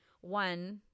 one